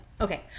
Okay